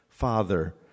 Father